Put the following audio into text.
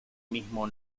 mismo